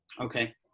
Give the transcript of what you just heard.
Okay